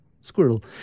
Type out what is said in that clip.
squirrel